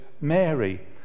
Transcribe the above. Mary